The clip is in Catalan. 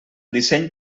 disseny